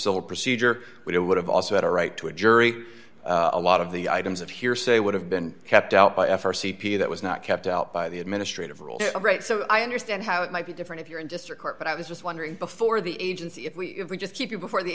civil procedure which it would have also had a right to a jury a lot of the items of hearsay would have been kept out by f r c p that was not kept out by the administrative role right so i understand how it might be different if you're in district court but i was just wondering before the agency if we if we just keep you before the